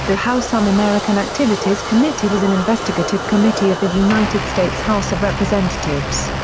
the house un-american activities committee was an investigative committee of the united states house of representatives.